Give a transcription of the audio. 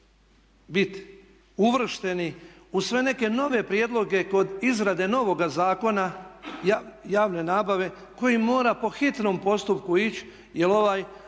biti uvršteni u sve neke nove prijedloge kod izrade novoga zakona javne nabave koji mora po hitnom postupku ići jer ovaj,